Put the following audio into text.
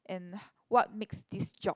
and what makes this job